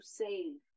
save